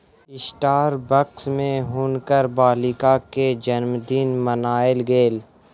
Starbucks में हुनकर बालिका के जनमदिन मनायल गेल